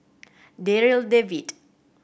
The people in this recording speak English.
Darryl David